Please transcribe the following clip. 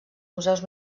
museus